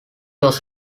was